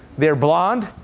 they're blond.